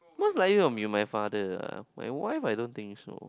most likely will be my father ah my wife I don't think so